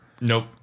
Nope